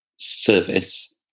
service